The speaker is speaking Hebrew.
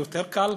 זה יותר קל,